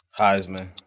Heisman